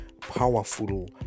powerful